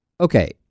Okay